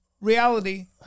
reality